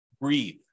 Breathe